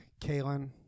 Kalen